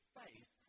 faith